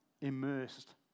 immersed